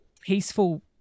peaceful